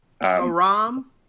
Aram